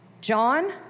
John